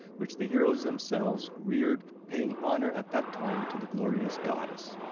which the heroes themselves reared, paying honour at that time to the glorious goddess.